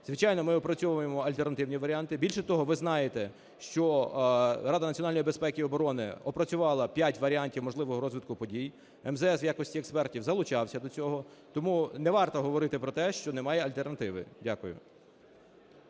Звичайно, ми опрацьовуємо альтернативні варіанти. Більше того, ви знаєте, що Рада національної безпеки і оборони опрацювала п'ять варіантів можливого розвитку подій, МЗС в якості експертів залучався до цього. Тому не варто говорити про те, що немає альтернативи. Дякую.